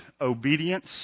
obedience